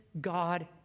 God